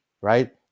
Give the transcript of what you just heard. right